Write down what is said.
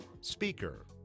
speaker